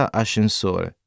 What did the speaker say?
ascensore